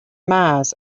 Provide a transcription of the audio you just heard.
mars